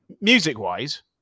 Music-wise